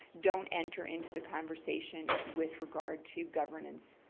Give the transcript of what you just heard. don't enter into the conversation with regard to governance.